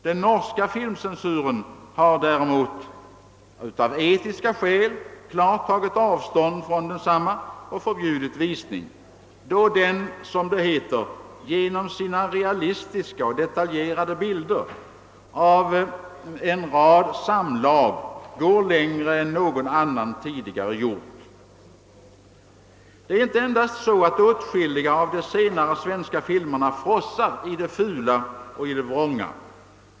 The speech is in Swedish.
Den norska filmcensuren har däremot av etiska skäl klart tagit avstånd från densamma och förbjudit visning, eftersom den, som det heter, »genom sina realistiska och detaljerade bilder av en rad samlag går längre än någon annan tidigare gjort». Det är inte endast så, att åtskilliga av de senaste svenska filmerna frossar i det fula och vrånga.